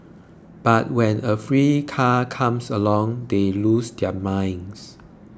but when a free car comes along they lose their minds